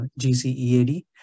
GCEAD